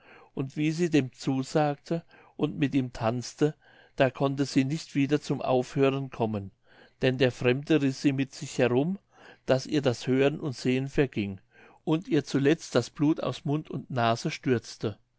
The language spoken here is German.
und wie sie dem zusagte und mit ihm tanzte da konnte sie nicht wieder zum aufhören kommen denn der fremde riß sie mit sich herum daß ihr das hören und sehen verging und ihr zuletzt das blut aus mund und nase stürzte